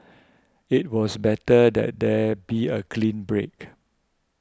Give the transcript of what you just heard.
it was better that there be a clean break